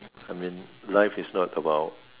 I mean life is not about